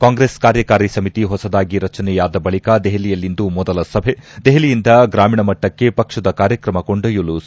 ಕಾಂಗ್ರೆಸ್ ಕಾರ್ಯಕಾರಿ ಸಮಿತಿ ಹೊಸದಾಗಿ ರಚನೆಯಾಗಿದ ಬಳಿಕ ದೆಹಲಿಯಲ್ಲಿಂದು ಮೊದಲ ಸಭೆ ದೆಹಲಿಯಿಂದ ಗ್ರಾಮೀಣ ಮಟ್ಟಕ್ಕೆ ಪಕ್ಷದ ಕಾರ್ಯಕ್ರಮ ಕೊಂಡೊಯ್ಲುಲು ಸೂಚನೆ